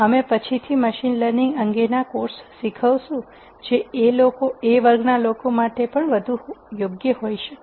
અમે પછીથી machine learning અંગેનો કોર્સ શીખવીશું જે આ વર્ગના લોકો માટે વધુ યોગ્ય હોઈ શકે